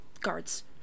guards